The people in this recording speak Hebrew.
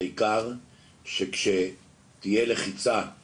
העיקר שכשתהיה לחיצה על